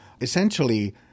essentially